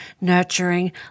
nurturing